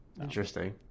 Interesting